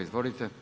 Izvolite.